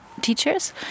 teachers